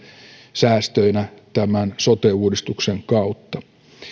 säästöinä sote uudistuksen kautta